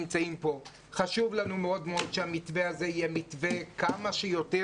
חשוב לנו מאוד שהמתווה הזה יהיה מתווה כמה שיותר